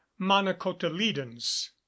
monocotyledons